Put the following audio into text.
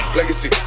Legacy